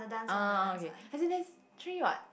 uh uh okay as in there's three what